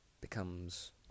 becomes